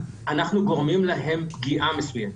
אנחנו גורמים להם פגיעה מסוימת.